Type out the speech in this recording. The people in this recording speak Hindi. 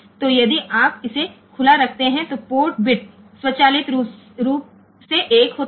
तो यदि आप इसे खुला रखते हैं तो पोर्ट बिट स्वचालित रूप से 1 होता है